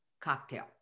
cocktail